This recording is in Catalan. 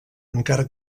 encara